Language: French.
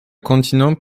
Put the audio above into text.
continents